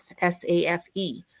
S-A-F-E